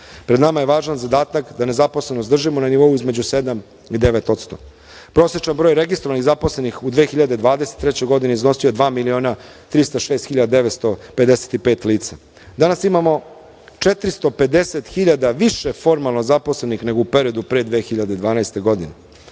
Pred nama je važan zadatak, da nezaposlenost držimo na nivou između 7% i 9%.Prosečan broj registrovanih zaposlenih u 2023. godini iznosio je 2.306.955 lica. Danas imamo 450 hiljada više formalno zaposlenih nego u periodu od pre 2012. godine.